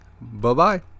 Bye-bye